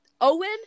Owen